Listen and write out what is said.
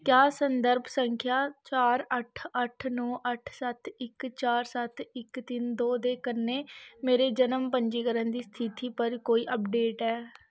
क्या संदर्भ संख्या चार अट्ठ अट्ठ नौ अट्ठ सत्त इक चार सत्त इक तिन्न दो दे कन्नै मेरे जनम पंजीकरण दी स्थिति पर कोई अपडेट ऐ